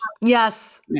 Yes